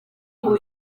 ubu